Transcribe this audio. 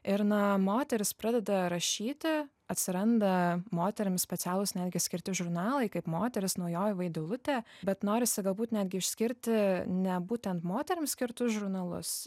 ir na moterys pradeda rašyti atsiranda moterims specialūs netgi skirti žurnalai kaip moteris naujoji vaidilutė bet norisi galbūt netgi išskirti ne būtent moterims skirtus žurnalus